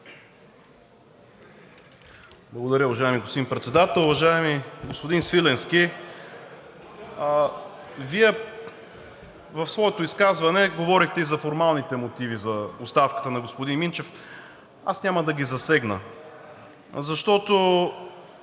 Благодаря, уважаеми господин Председател. Уважаеми господин Свиленски, Вие в своето изказване говорите и за формалните мотиви за оставката на господин Минчев. Аз няма да ги засегна, защото